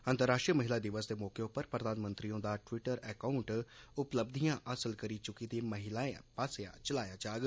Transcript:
अंतरराष्ट्रीय महिला दिवस दे मौके पर प्रधानमंत्री हुंदा ट्वीटर अकाउंट उपलब्धियां हासल करी चुकी दिए महिलाएं पास्सेआ चलाया जाग